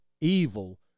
evil